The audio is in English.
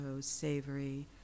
Savory